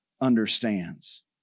understands